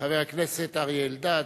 חבר הכנסת אריה אלדד.